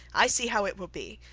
i see how it will be.